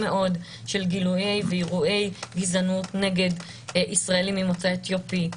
מאוד של גילויי ואירועי גזענות נגד ישראלים ממוצא אתיופי,